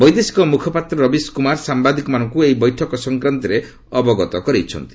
ବୈଦେଶିକ ମୁଖପାତ୍ର ରବିଶ କୁମାର ସାମ୍ବାଦିକମାନଙ୍କୁ ଏହି ବୈଠକ ସଂକ୍ରାନ୍ତରେ ଅବଗତ କରାଇଛନ୍ତି